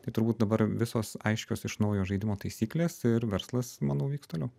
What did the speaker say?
tai turbūt dabar visos aiškios iš naujo žaidimo taisyklės ir verslas manau vyks toliau